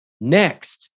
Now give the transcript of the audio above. Next